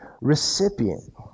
recipient